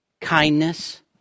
kindness